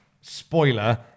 Spoiler